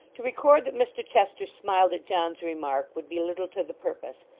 to record that mr chester smiled at john's remark would be little to the purpose,